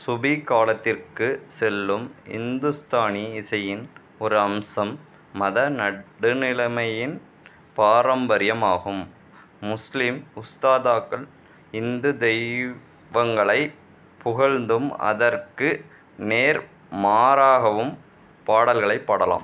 சுபி காலத்திற்கு செல்லும் இந்துஸ்தானி இசையின் ஒரு அம்சம் மத நடுநிலமையின் பாரம்பரியமாகும் முஸ்லீம் உஸ்தாத்தாகள் இந்து தெய்வங்களை புகழ்ந்தும் அதற்கு நேர்மாறாகவும் பாடல்களை பாடலாம்